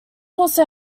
also